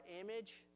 image